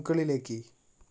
മുകളിലേക്ക്